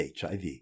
HIV